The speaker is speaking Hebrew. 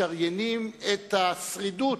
משריינים את השרידות,